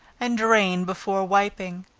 and drained before wiping.